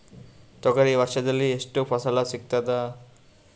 ತೊಗರಿ ವರ್ಷದಲ್ಲಿ ಎಷ್ಟು ಫಸಲ ಸಿಗತದ?